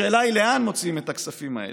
השאלה היא לאן מוציאים את הכספים האלה.